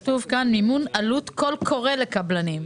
כתוב כאן מימון עלות קול קורא לקבלנים.